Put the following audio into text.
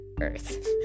earth